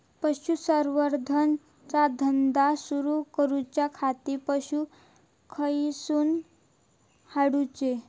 पशुसंवर्धन चा धंदा सुरू करूच्या खाती पशू खईसून हाडूचे?